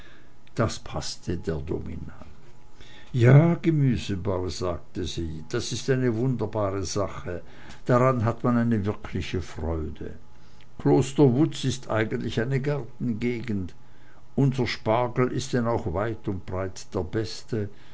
das paßte der domina ja gemüsebau sagte sie das ist eine wunderbare sache daran hat man eine wirkliche freude kloster wutz ist eigentlich eine gartengegend unser spargel ist denn auch weit und breit der beste